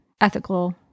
ethical